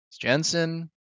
jensen